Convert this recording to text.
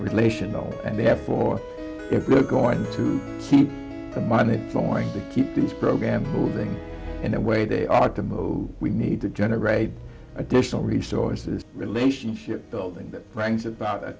relational and therefore if we're going to keep the money going to keep these programs moving in a way they ought to move we need to generate additional resources relationship building that ranks about